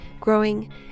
growing